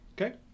Okay